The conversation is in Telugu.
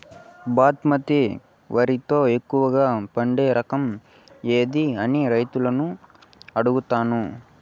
బాస్మతి వరిలో ఎక్కువగా పండే రకం ఏది అని రైతులను అడుగుతాను?